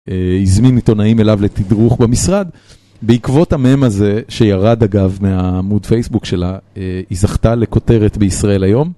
הזמין עתונאים אליו לתדרוך במשרד. בעקבות המם הזה, שירד אגב מהעמוד פייסבוק שלה, היא זכתה לכותרת בישראל היום.